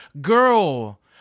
Girl